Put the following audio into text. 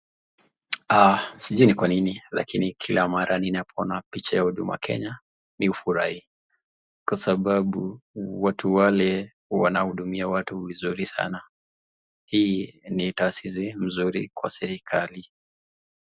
Sijui ni kwanini lakini kila mara ninapoona picha ya huduma kenya, mimi hufurahi kwa sababu watu wale wanahudumia watu vizuri sana, hii ni taasisi mzuri kwa serikali.